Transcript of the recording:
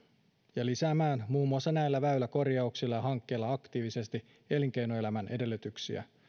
ja lisäämään muun muassa näillä väyläkorjauksilla ja hankkeilla aktiivisesti elinkeinoelämän edellytyksiä